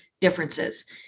differences